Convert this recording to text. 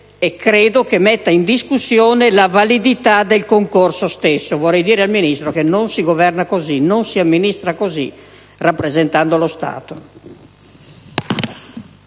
e credo che metta in discussione la validità del concorso stesso. Vorrei dire al Ministro che non si governa e non si amministra così, rappresentando lo Stato.